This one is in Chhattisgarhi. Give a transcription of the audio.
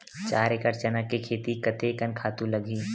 चार एकड़ चना के खेती कतेकन खातु लगही?